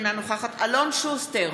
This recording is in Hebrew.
אינה נוכחת אלון שוסטר,